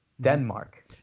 Denmark